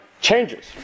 changes